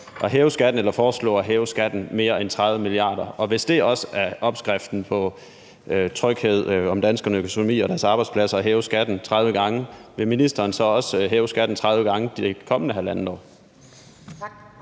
hæve skatten eller foreslå at hæve skatten med mere end 30 mia. kr.? Og hvis det også er opskriften på tryghed om danskernes økonomi og deres arbejdspladser at hæve skatten 30 gange, vil ministeren så også hæve skatten 30 gange i det kommende halvandet år?